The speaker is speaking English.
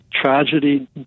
tragedy